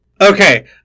Okay